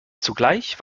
zugleich